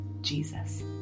Jesus